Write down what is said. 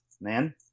man